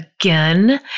again